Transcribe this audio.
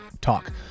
talk